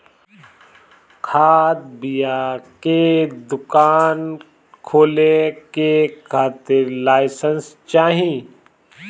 खाद बिया के दुकान खोले के खातिर लाइसेंस चाही